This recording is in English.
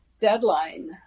deadline